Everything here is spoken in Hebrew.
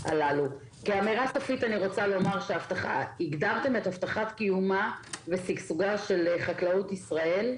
אמירה סופית: הגדרתם את הבטחת קיומה של חקלאות ישראל,